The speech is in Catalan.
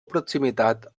proximitat